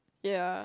ya